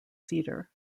theatre